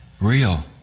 real